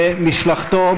ומשלחתו.